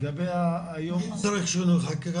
אם צריך שינוי חקיקה.